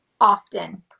often